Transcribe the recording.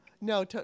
no